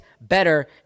better